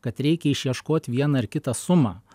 kad reikia išieškot vieną ar kitą sumą